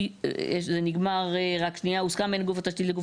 זה נגמר ב"הוסכם בין גוף התשתית לגוף